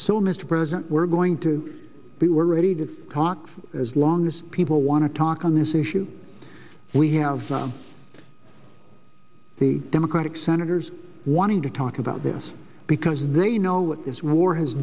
so mr president we're going to be we're ready to caulk as long as people want to talk on this issue we have the democratic senators wanting to talk about this because they know what is war has